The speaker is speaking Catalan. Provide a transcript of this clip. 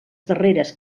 darreres